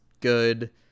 good